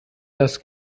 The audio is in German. das